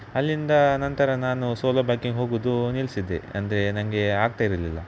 ಅಲ್ಲಿಂದ ನಂತರ ನಾನು ಸೋಲೋ ಬೈಕಿಂಗ್ ಹೋಗುದು ನಿಲ್ಸಿದೆ ಅಂದರೆ ನನಗೆ ಆಗ್ತಾ ಇರಲಿಲ್ಲ